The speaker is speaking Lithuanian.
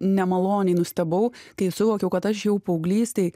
nemaloniai nustebau kai suvokiau kad aš jau paauglystėj